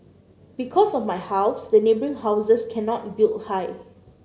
because of my house the neighbouring houses cannot build high